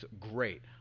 great